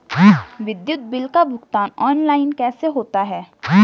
विद्युत बिल का भुगतान ऑनलाइन कैसे होता है?